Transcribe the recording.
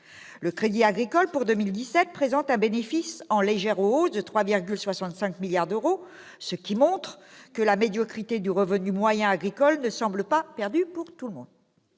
Le Crédit agricole, pour 2017, présente un bénéfice en légère hausse de 3,65 milliards d'euros, ce qui montre que la médiocrité du revenu moyen agricole ne semble pas perdue pour tout le monde